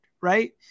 right